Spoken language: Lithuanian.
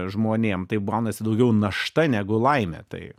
žmonėm taip gaunasi daugiau našta negu laimė tai